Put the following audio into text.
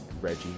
Reggie